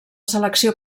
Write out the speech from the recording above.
selecció